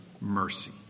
mercy